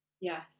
Yes